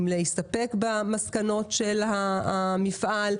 אם להסתפק במסקנות של המפעל,